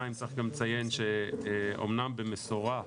2. צריך לציין שאמנם במשורה,